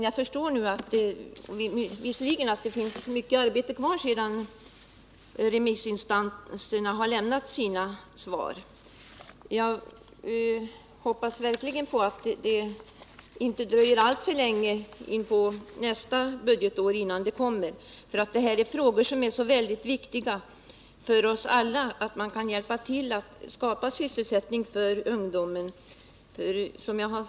Jag förstår visserligen att det är mycket arbete kvar sedan remissinstanserna har lämnat sina svar, men jag hoppas verkligen att det inte dröjer alltför länge inpå nästa budgetår innan propositionen kommer. Det är nämligen utomordentligt viktigt för oss alla att vi kan hjälpa till att skapa sysselsättning för ungdomen.